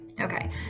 okay